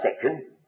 section